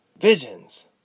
Visions